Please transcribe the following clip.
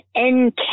NK